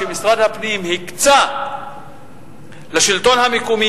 שמשרד הפנים הקצה לשלטון המקומי,